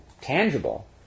tangible